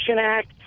Act